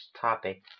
topic